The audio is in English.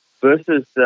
versus